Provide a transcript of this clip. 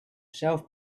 shelf